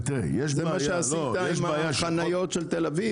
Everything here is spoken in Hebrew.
זה מה שעשית עם החניות של תל אביב?